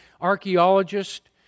archaeologist